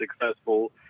successful